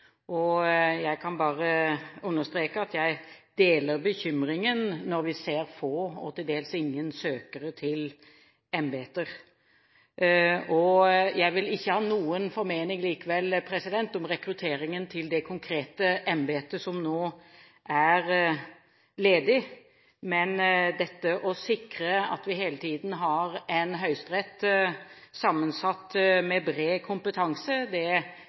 Høyesterett. Jeg kan bare understreke at jeg deler bekymringen når vi ser få og til dels ingen søkere til embeter. Jeg vil likevel ikke ha noen formening om rekrutteringen til det konkrete embetet som nå er ledig, men å sikre at vi hele tiden har en høyesterett sammensatt av bred kompetanse, er jo noe som jeg tror også mange synes er maktpåliggende. Da er det